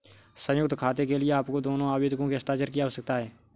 संयुक्त खाते के लिए आपको दोनों आवेदकों के हस्ताक्षर की आवश्यकता है